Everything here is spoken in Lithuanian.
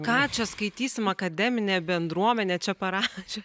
ką čia skaitysim akademinė bendruomenė čia parašė